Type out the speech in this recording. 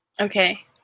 Okay